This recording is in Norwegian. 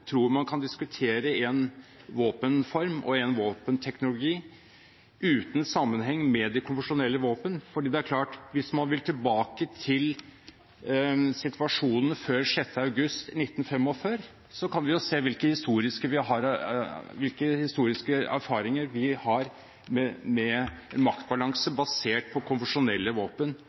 sammenheng med de konvensjonelle våpen. For det er klart at hvis man vil tilbake til situasjonen før 6. august 1945, kan vi se hvilke historiske erfaringer vi har